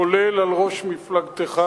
כולל על ראש מפלגתך,